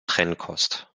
trennkost